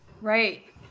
Right